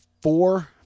four